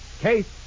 case